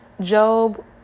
Job